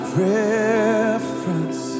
reference